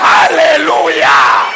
Hallelujah